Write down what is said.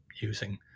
using